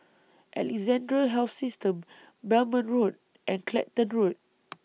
Alexandra Health System Belmont Road and Clacton Road